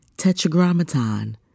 Tetragrammaton